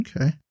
Okay